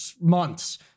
months